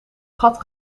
gat